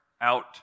out